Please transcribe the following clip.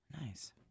Nice